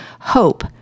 hope